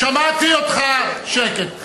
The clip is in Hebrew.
שמעתי אותך, שקט.